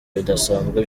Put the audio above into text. bidasanzwe